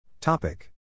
Topic